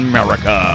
America